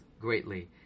greatly